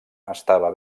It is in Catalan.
estava